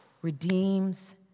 redeems